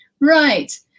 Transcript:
right